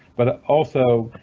but also,